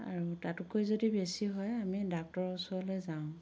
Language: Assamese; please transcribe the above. আৰু তাতোকৈ যদি বেছি হয় আমি ডাক্টৰৰ ওচৰলৈ যাওঁ